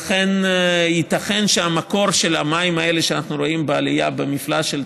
לכן ייתכן שהמקור של המים האלה שאנחנו רואים בעלייה במפלס של